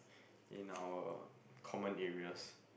in our common areas